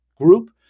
Group